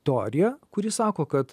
teorija kuri sako kad